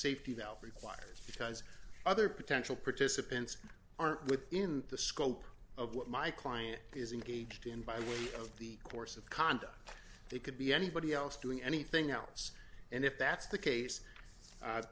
valve requires because other potential participants aren't within the scope of what my client is engaged in by way of the course of conduct they could be anybody else doing anything else and if that's the case